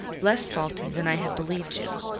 less faulty than i had believed you.